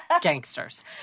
gangsters